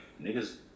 Niggas